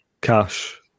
Cash